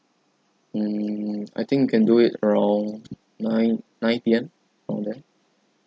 mm I think you can do it around nine nine P_M around there